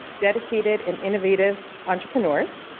dedicated and innovative entrepreneurs.